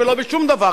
ולא בשום דבר,